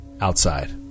Outside